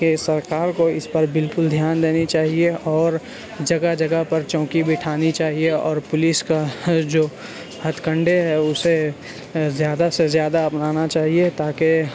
کہ سرکار کو اس پر بالکل دھیان دینی چاہیے اور جگہ جگہ پر چوکی بٹھانی چاہیے اور پولیس کا جو ہتھکنڈے ہے اسے زیادہ سے زیادہ اپنانا چاہیے تا کہ